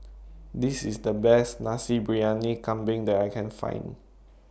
This IS The Best Nasi Briyani Kambing that I Can Find